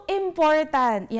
important